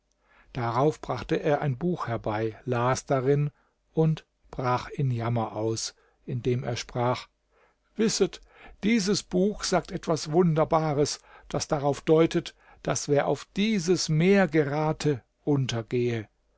darauf brachte er ein buch herbei las darin und brach in jammer aus indem er sprach wisset dieses buch sagt etwas wunderbares das darauf deutet daß wer auf dieses meer gerate untergehe